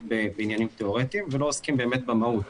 בעניינים תיאורטיים ולא עוסקת באמת במהות.